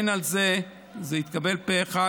זה התקבל פה אחד.